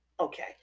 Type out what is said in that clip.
Okay